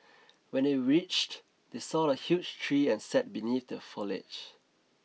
when they reached they saw a huge tree and sat beneath the foliage